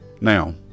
Now